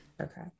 Okay